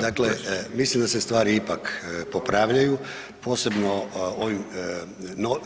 Dakle, mislim da se stvari ipak popravljaju, posebno ovim